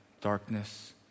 darkness